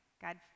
God